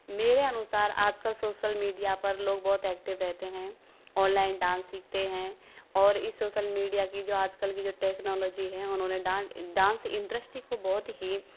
मेरे अनुसार आजकल सोशल मीडिया पर लोग बहुत एक्टिव रहते हैं ऑनलाइन डांस सीखते हैं और इस सोशल मीडिया की जो आजकल की जो टेक्नोलॉजी है उन्होंने डांस इंडस्ट्री को बहुत ही